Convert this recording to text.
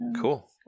cool